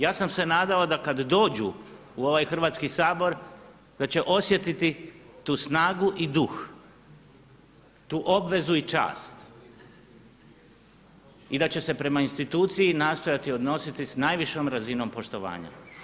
Ja sam se nadao da kad dođu u ovaj Hrvatski sabor da će osjetiti tu snagu i duh, tu obvezu i čast i da će se prema instituciji nastojati odnositi sa najvišom razinom poštovanja.